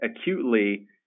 acutely